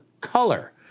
color